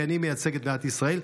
כי אני מייצג את מדינת ישראל,